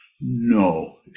no